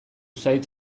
zait